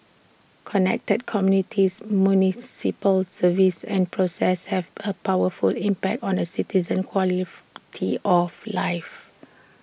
connected communities municipal services and processes have A powerful impact on A citizen's tea of life